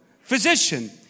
Physician